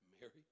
Mary